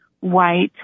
white